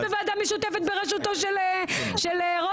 בוועדה המשותפת בראשותו של רוטמן.